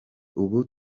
ubu